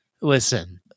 listen-